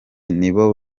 nibo